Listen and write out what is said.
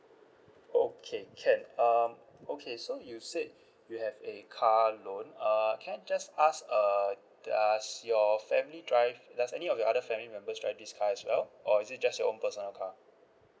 okay can um okay so you said you have a car loan err can I just ask err does your family drive does any of your other family members drive this car as well or is it just your own personal car